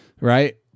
right